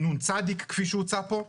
נ"צ כפי שהוצע פה,